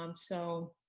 um so,